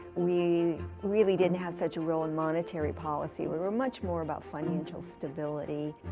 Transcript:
we really didn't have such a role in monetary policy. we were much more about financial stability.